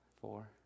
Four